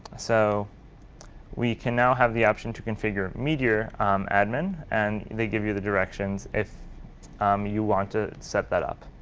so we can now have the option to configure meteor admin. and they give you the directions if um you want to set that up.